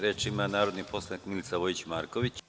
Reč ima narodni poslanik Milica Vojić Marković.